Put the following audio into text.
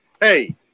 Hey